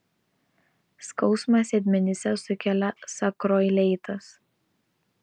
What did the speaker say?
skausmą sėdmenyse sukelia sakroileitas